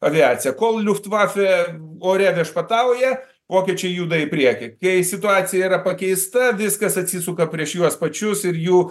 aviaciją kol liuktvafė ore viešpatauja vokiečiai juda į priekį kai situacija yra pakeista viskas atsisuka prieš juos pačius ir jų